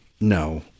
No